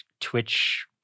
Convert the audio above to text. twitch